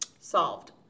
solved